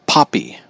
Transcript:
Poppy